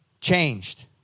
changed